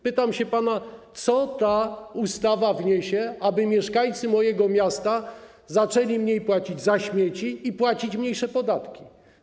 Pytam się pana, co ta ustawa wniesie, aby mieszkańcy mojego miasta zaczęli mniej płacić za śmieci i płacić mniejsze podatki.